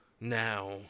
now